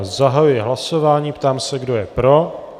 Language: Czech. Zahajuji hlasování a ptám se, kdo je pro.